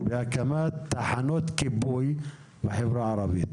הקמת תחנות כיבוי בחברה הערבית?